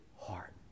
heart